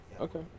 Okay